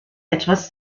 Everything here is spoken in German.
etwas